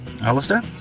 Alistair